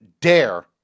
dare